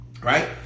right